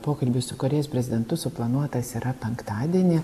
pokalbis su korėjos prezidentu suplanuotas yra penktadienį